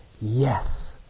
yes